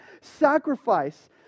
sacrifice